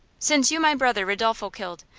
since you my brother ridolfo killed,